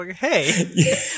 Hey